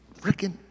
freaking